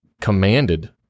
commanded